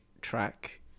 track